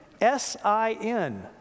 S-I-N